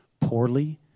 poorly